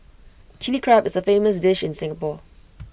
Chilli Crab is A famous dish in Singapore